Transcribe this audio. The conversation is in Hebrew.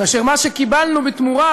ומה שקיבלנו בתמורה,